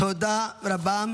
תודה רבה.